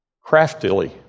craftily